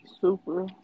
Super